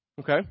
Okay